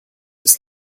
ist